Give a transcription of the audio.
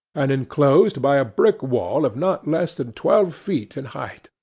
and inclosed by a brick wall of not less than twelve feet in height.